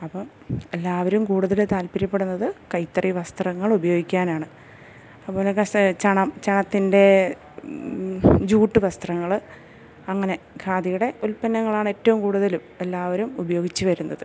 അപ്പം എല്ലാവരും കൂടുതല് താല്പര്യപ്പെടുന്നത് കൈത്തറി വസ്ത്രങ്ങൾ ഉപയോഗിക്കാനാണ് അതുപോലെ കസേ ചണം ചണത്തിൻറ്റേ ജ്യൂട്ട് വസ്ത്രങ്ങള് അങ്ങനെ ഖാദിയുടെ ഉൽപന്നങ്ങളാണേറ്റവും കൂടുതലും എല്ലാവരും ഉപയോഗിച്ച് വരുന്നത്